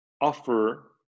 offer